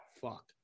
Fuck